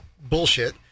bullshit